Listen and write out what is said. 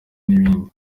n’ibindi